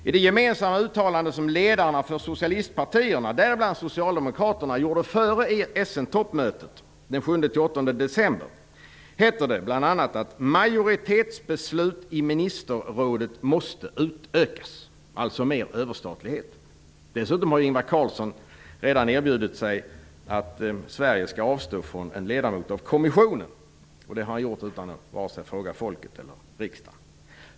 I det gemensamma uttalande som ledarna för socialistpartierna, däribland Socialdemokraterna, gjorde före Essenmötet den 7-8 december hette det bl.a. att majoritetsbeslut i ministerrådet måste utökas - alltså mer överstatlighet. Dessutom har Ingvar Carlsson redan erbjudit att Sverige skall avstå från en ledamotsplats i kommissionen. Detta har han gjort utan att fråga vare sig folket eller riksdagen.